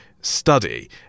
study